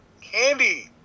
candy